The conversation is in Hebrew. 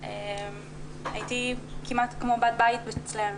הייתי כמעט כמו בת בית אצלם,